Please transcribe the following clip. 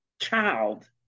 child